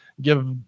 give